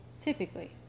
Typically